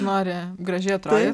nori gražiai atrodyt